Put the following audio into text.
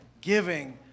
giving